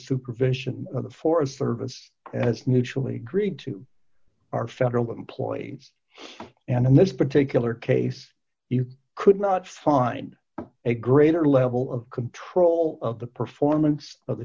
supervision of the forest service as mutually agreed to are federal employees and in this particular case you could not find a greater level of control of the performance of the